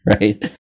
Right